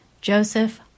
Joseph